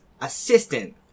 assistant